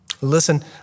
Listen